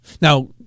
now-